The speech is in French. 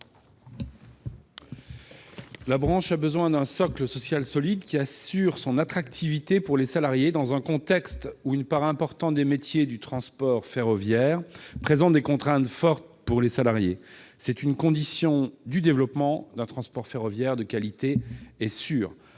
La branche a besoin d'un socle social solide, qui assure son attractivité pour les salariés, sachant qu'une part importante des métiers du transport ferroviaire présentent des contraintes fortes pour les salariés. C'est une condition du développement d'un transport ferroviaire de qualité et sûr.